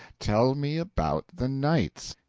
tell me about the knights.